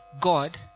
God